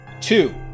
Two